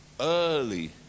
early